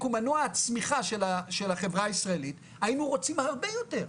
הוא מנוע הצמיחה של החברה הישראלית היינו רוצים הרבה יותר,